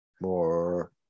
more